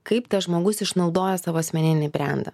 kaip tas žmogus išnaudoja savo asmeninį brendą